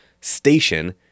station